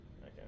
Okay